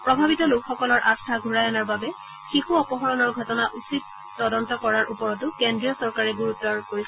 প্ৰভাৱিত লোকসকলৰ আস্থা ঘৰাই অনাৰ বাবে শিশু অপহৰণৰ ঘটনা উচিত তদন্ত কৰাৰ ওপৰতো কেন্দ্ৰীয় চৰকাৰে গুৰুত আৰোপ কৰিছে